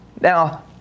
Now